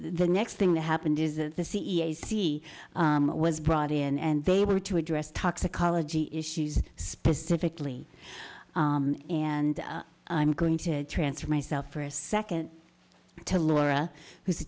the next thing that happened is that the cea see was brought in and they were to address toxicology issues specifically and i'm going to transfer myself for a second to laura who's